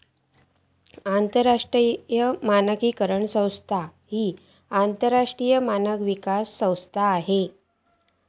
आंतरराष्ट्रीय मानकीकरण संस्था ह्या आंतरराष्ट्रीय मानक विकास संस्था असा